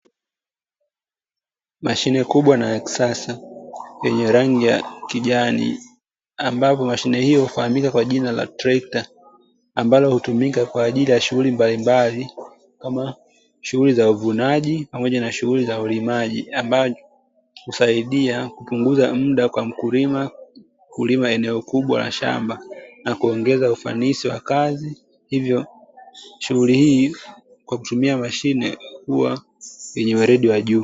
Mashine kubwa na ya kisasa yenye rangi ya kijani ambapo mashine hiyo hufahamika kwa jina la tractor, ambalo hutumika kwa ajili ya shughuli mbalimbali kama shughuli za uvunaji pamoja na shughuli za ulimaji ambao husaidia kupunguza muda kwa mkulima kulima eneo kubwa la shamba na kuongeza ufanisi wa kazi hivyo shughuli hii kwa kutumia mashine kuwa yenye waredi wa juu.